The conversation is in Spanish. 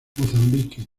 mozambique